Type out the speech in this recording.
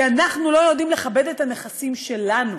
כי אנחנו לא יודעים לכבד את הנכסים שלנו,